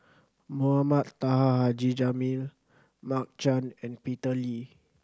Mohamed Taha Haji Jamil Mark Chan and Peter Lee